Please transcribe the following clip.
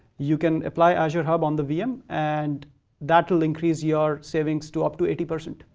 you can apply azure hub on the vm, and that will increase your savings to up to eighty percent.